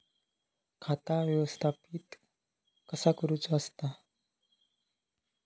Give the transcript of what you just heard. खाता व्यवस्थापित कसा करुचा असता?